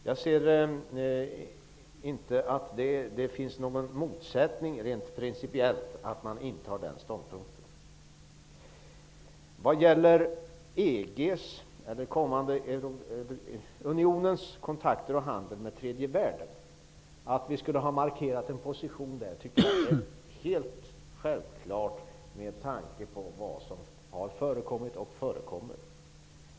Jag anser inte att det rent principiellt ligger någon motsättning i att inta den ståndpunkten. Med tanke på vad som har förekommit och fortfarande förekommer borde vi självfallet ha markerat vår position vad gäller unionens kontakter och handel med tredje världen.